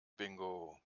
bingo